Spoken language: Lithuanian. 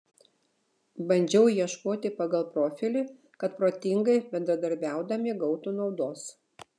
bandžiau ieškoti pagal profilį kad protingai bendradarbiaudami gautų naudos